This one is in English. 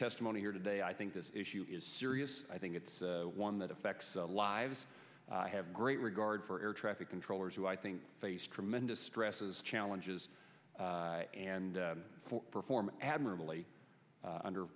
testimony here today i think this issue is serious i think it's one that affects the lives have great regard for air traffic controllers who i think face tremendous stresses challenges and perform admirably under